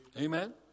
Amen